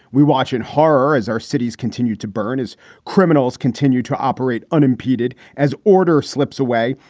we watch in horror as our cities continue to burn, as criminals continue to operate unimpeded, as order slips away,